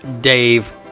Dave